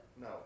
No